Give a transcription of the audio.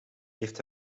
heeft